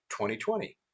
2020